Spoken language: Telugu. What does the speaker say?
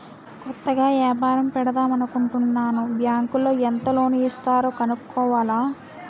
కొత్తగా ఏపారం పెడదామనుకుంటన్నాను బ్యాంకులో ఎంత లోను ఇస్తారో కనుక్కోవాల